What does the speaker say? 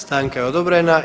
Stanka je odobrena.